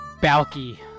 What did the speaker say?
Balky